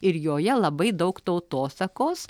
ir joje labai daug tautosakos